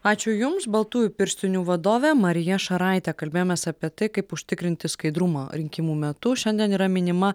ačiū jums baltųjų pirštinių vadovė marija šaraitė kalbėjomės apie tai kaip užtikrinti skaidrumą rinkimų metu šiandien yra minima